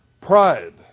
Pride